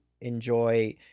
enjoy